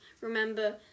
remember